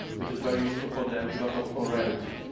which is very useful for them because of orality.